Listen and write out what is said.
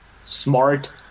Smart